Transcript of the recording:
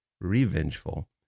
revengeful